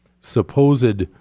supposed